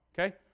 Okay